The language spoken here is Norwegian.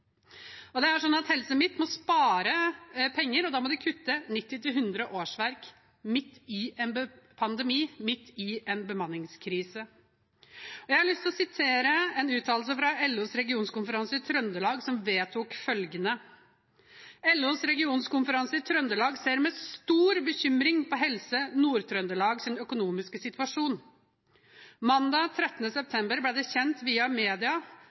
Det er sånn at Helse Midt-Norge må spare penger, og da må de kutte 90–100 årsverk midt i en pandemi, midt i en bemanningskrise. Jeg har her lyst til å nevne LOs regionkonferanse i Trøndelag, som vedtok en uttalelse om at de så med stor bekymring på Helse Nord-Trøndelags økonomiske situasjon. Mandag 13. september ble det kjent via